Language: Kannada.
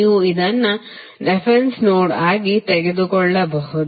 ನೀವು ಅದನ್ನು ರೆಫರೆನ್ಸ್ ನೋಡ್ ಆಗಿ ತೆಗೆದುಕೊಳ್ಳಬಹುದು